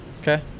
okay